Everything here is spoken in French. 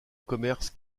commerce